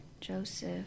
joseph